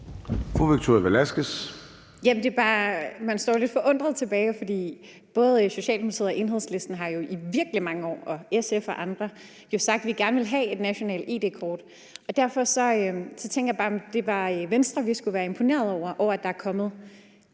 Man står jo lidt forundret tilbage, for både Socialdemokratiet, Enhedslisten, SF og andre har i virkelig mange år sagt, at man gerne vil have et nationalt id-kort. Derfor tænker jeg bare, om det var Venstre, vi skulle være imponeret over, i forhold